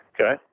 Okay